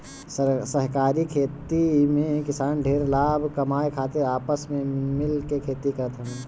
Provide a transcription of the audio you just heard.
सहकारी खेती में किसान ढेर लाभ कमाए खातिर आपस में मिल के खेती करत हवे